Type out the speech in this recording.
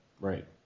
Right